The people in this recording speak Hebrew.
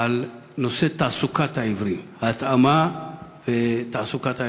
על נושא תעסוקת העיוורים, התאמה ותעסוקת העיוורים.